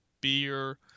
beer